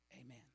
amen